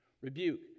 Rebuke